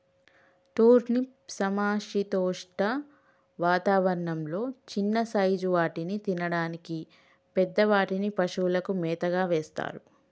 turnip సమశీతోష్ణ వాతావరణం లొ చిన్న సైజ్ వాటిని తినడానికి, పెద్ద వాటిని పశువులకు మేతగా వేస్తారు